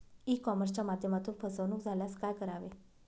E कॉमर्सच्या माध्यमातून फसवणूक झाल्यास काय करावे?